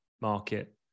market